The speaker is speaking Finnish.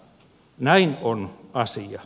näin on asia